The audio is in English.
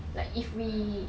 like if we